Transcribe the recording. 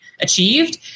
achieved